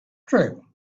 true